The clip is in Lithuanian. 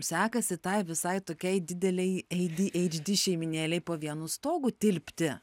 sekasi tai visai tokiai didelei ei dy eidž dy šeimynėlei po vienu stogu tilpti